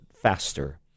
faster